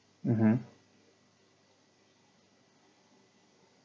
mmhmm